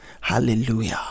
Hallelujah